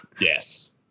Yes